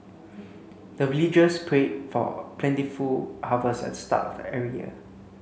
the villagers prayed for plentiful harvest at start of every year